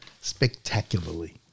spectacularly